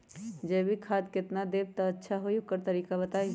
जैविक खाद केतना देब त अच्छा होइ ओकर तरीका बताई?